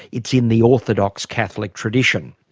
it's in the orthodox catholic tradition.